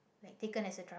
like taken as a drug